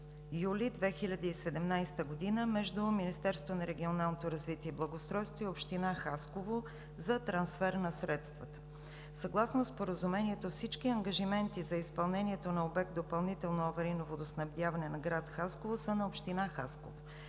юли 2017 г. между Министерството на регионалното развитие и благоустройството и Община Хасково за трансфер на средствата. Съгласно Споразумението всички ангажименти за изпълнението на обект „Допълнително аварийно водоснабдяване“ на град Хасково са на Община Хасково.